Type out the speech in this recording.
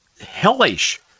hellish